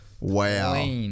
Wow